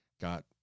got